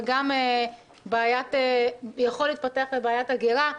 וגם יכול להתפתח לבעיית הגירה.